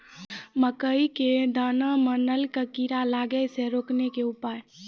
मकई के दाना मां नल का कीड़ा लागे से रोकने के उपाय?